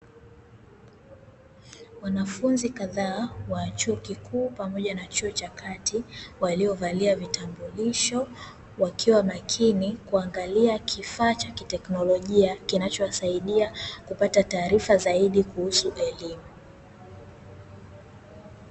Wabafunzi kadhaa wa chuo kikuu pamoja na chuo cha katiwaliovalia vitambulisho wakiwa makini kuangalia Kifaa cha kitekinologia kinachowasaidia kupata taarifa zaidi kuhusu Elimu.